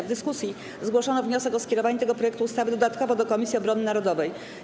W dyskusji zgłoszono wniosek o skierowanie tego projektu ustawy dodatkowo do Komisji Obrony Narodowej.